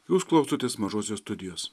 jūs klausotės mažosios studijos